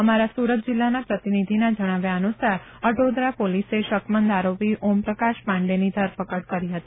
અમારા સુરત જીલ્લાના પ્રતિનિધિના જણાવ્યા મુજબ અટોદરા પોલીસે શંકમદ આરોપી ઓમપ્રકાશ પાંડેની ધરપકડ કરી હતી